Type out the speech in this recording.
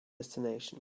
destination